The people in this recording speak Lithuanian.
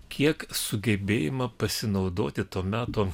kiek sugebėjimą pasinaudoti to meto